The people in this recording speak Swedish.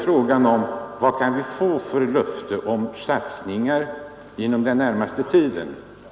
Frågan är: Vad kan vi få för löfte om satsningar inför den närmaste tiden?